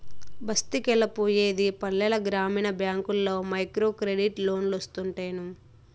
బస్తికెలా పోయేది పల్లెల గ్రామీణ బ్యాంకుల్ల మైక్రోక్రెడిట్ లోన్లోస్తుంటేను